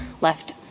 left